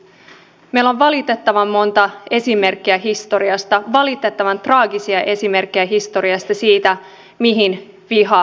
meillä on valitettavan monta esimerkkiä historiasta valitettavan traagisia esimerkkejä historiasta siitä mihin vihapuhe johtaa